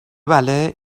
بله